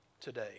today